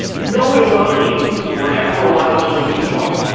no iranians were ever allowed to look at the books,